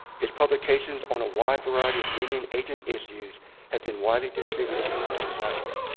his publications on a wide variety of indian agent issues have been widely distributed and cited.